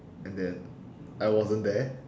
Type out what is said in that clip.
and then I wasn't there